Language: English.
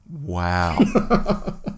Wow